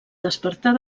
despertar